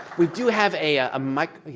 we do have a ah um like